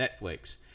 Netflix